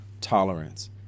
tolerance